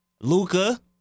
Luca